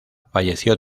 falleció